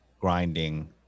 grinding